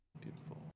Beautiful